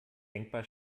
denkbar